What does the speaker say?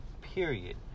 period